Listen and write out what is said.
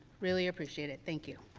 really appreciate it. thank you.